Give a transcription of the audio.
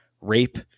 rape